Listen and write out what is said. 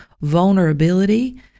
vulnerability